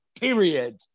Period